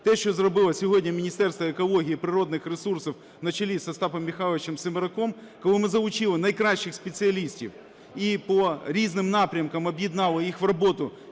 те, що зробило сьогодні Міністерство екології і природних ресурсів на чолі з Остапом Михайловичем Семераком, коли ми залучили найкращих спеціалістів і по різним напрямкам об'єднали їх в роботу,